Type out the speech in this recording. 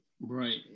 Right